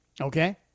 Okay